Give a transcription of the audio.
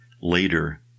later